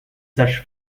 sages